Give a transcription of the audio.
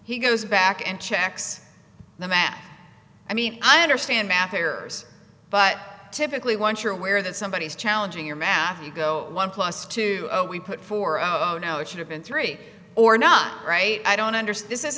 he goes back and checks the math i mean i understand math errors but typically once you're aware that somebody is challenging your math you go one plus two we put four oh no it should have been three or not right i don't understand i